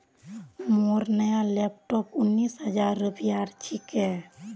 मोर नया लैपटॉप उन्नीस हजार रूपयार छिके